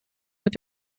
wird